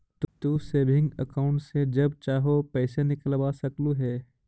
तू saving account से जब चाहो पैसे निकलवा सकलू हे